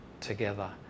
together